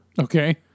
Okay